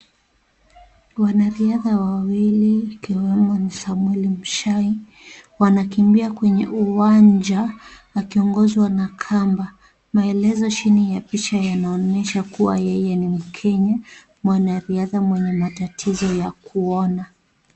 Wanariadha wawili ikiwemo ni Samwel Mushai, wanakimbia kwenye uwanja wakiongozwa na kamba. Maelezo chini ya picha yanaonyesha kuwa yeye ni mkenya, mwanariadha mwenye matatizo ya kuona.